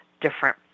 different